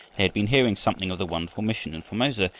had been hearing something of the wonderful mission in formosa,